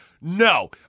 no